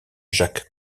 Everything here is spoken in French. jacques